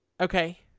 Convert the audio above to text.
Okay